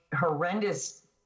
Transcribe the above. horrendous